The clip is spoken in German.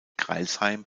crailsheim